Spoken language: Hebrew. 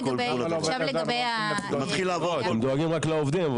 אתם דואגים רק לעובדים,